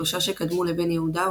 שלושה שקדמו לבן יהודה,